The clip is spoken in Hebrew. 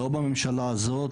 לא בממשלה הזאת,